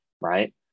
right